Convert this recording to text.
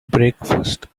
breakfast